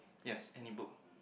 yes any book